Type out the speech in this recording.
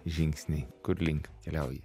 žingsniai kur link keliauji